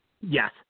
Yes